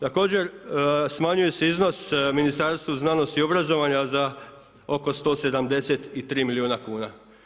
Također smanjuje se iznos Ministarstvu znanosti i obrazovanja za oko 173 milijuna kuna.